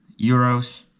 euros